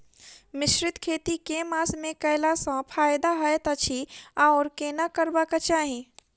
मिश्रित खेती केँ मास मे कैला सँ फायदा हएत अछि आओर केना करबाक चाहि?